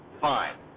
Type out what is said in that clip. fine